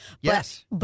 Yes